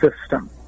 system